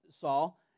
Saul